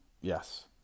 yes